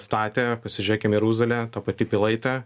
statė pasižiūrėkim jeruzalę ta pati pilaitė